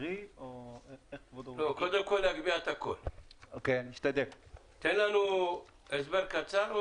קודם כל תן לנו הסבר קצר.